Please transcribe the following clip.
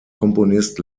komponist